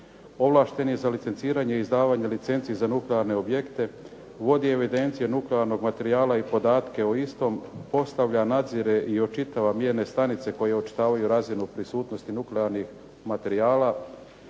ovlašten je za licenciranje i izdavanje licencija za nuklearne objekte, vodi evidencije nuklearnog materijala i podatke o istom, postavlja, nadzire i očitava mjerne stanice koje očitavaju razinu prisutnosti nuklearnih materijala,